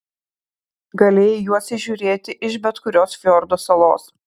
galėjai juos įžiūrėti iš bet kurios fjordo salos